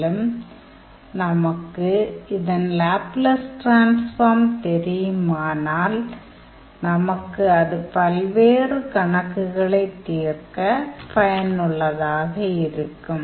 மேலும் நமக்கு இதன் லேப்லஸ் டிரான்ஸ்ஃபார்ம் தெரியுமானால் நமக்கு அது பல்வேறு கணக்குகளைத் தீர்க்க பயனுள்ளதாக இருக்கும்